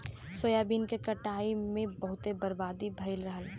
soybean क कटाई में बहुते बर्बादी भयल रहल